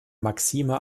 maxime